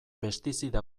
pestizida